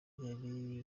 yari